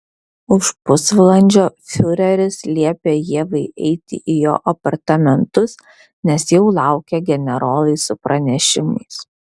už pusvalandžio fiureris liepė ievai eiti į jo apartamentus nes jau laukė generolai su pranešimais